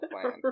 plan